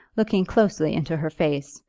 looking closely into her face,